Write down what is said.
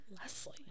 Leslie